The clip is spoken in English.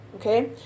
okay